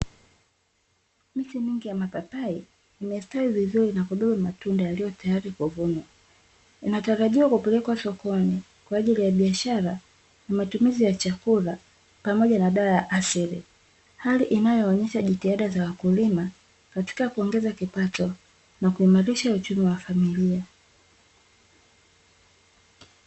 Miti mingi ya mapapai imestawi vizuri na kubeba matunda yaliyo tayari kuvunwa. Inatarajiwa kupelekwa sokoni kwa ajili ya biashara, matumizi ya chakula pamoja na dawa ya asili. Hali inayoonyesha jitihada za wakulima katika kuongeza kipato na kuimarisha uchumi wa familia.